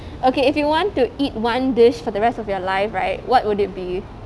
okay if you want to eat one dish for the rest of your life right what would it be